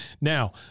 Now